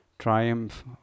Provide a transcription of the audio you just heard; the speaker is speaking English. Triumph